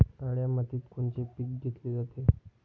काळ्या मातीत कोनचे पिकं घेतले जाते?